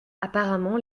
apparemment